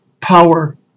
Power